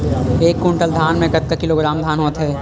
एक कुंटल धान में कतका किलोग्राम धान होथे?